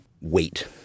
wait